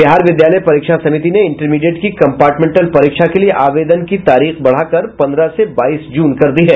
बिहार विद्यालय परीक्षा समिति ने इंटरमीडिएट की कंपार्टमेंटल परीक्षा के लिए आवेदन की तारीख बढ़कर पन्द्रह से बाईस जून कर दी है